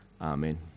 Amen